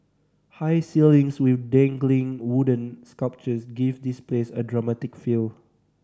high ceilings with dangling wooden sculptures give this place a dramatic feel